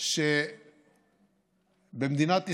שבמדינת ישראל,